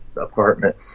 apartment